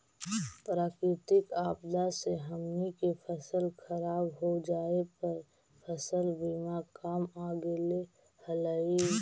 प्राकृतिक आपदा से हमनी के फसल खराब हो जाए पर फसल बीमा काम आ गेले हलई